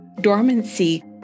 dormancy